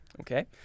okay